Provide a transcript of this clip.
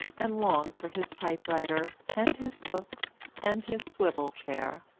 and longed for his type-writer, and his books, and his swivel chair,